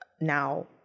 now